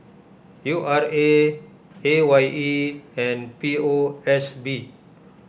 U R A A Y E and P O S B